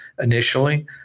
initially